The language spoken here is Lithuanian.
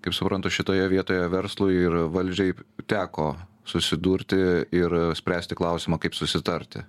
kaip suprantu šitoje vietoje verslui ir valdžiai teko susidurti ir spręsti klausimą kaip susitarti